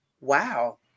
wow